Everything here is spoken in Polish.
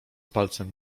palcem